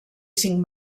cinc